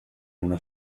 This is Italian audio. una